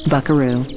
Buckaroo